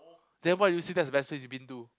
then why do you say that's the best place you've been to